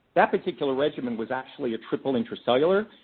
that particular regimen was actually a triple intracellular.